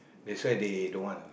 that's why they don't want